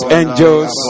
angels